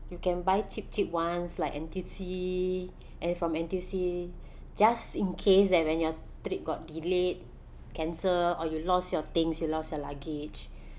you can buy cheap cheap ones like N_T_U_C eh from N_T_U_C just in case that nd when your trip got delayed cancelled or you lost your things you lost your luggage